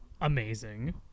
amazing